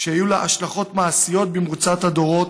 שהיו לה השלכות מעשיות במרוצת הדורות,